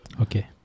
Okay